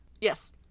Yes